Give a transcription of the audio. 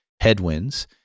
headwinds